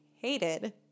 hated